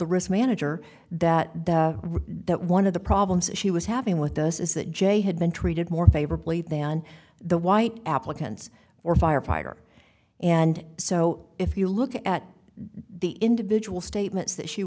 the risk manager that that one of the problems she was having with us is that jay had been treated more favorably than the white applicants or firefighter and so if you look at the individual stat